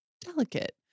delicate